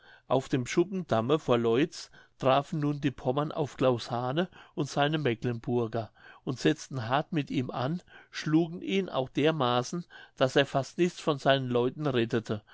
auf dem schuppendamme vor loitz trafen nun die pommern auf claus hane und seine mecklenburger und setzten hart mit ihm an schlugen ihn auch dermaßen daß er fast nichts von seinen leuten rettete